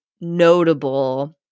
notable